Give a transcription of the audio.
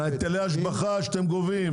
מהיטלי השבחה שאתם גובים.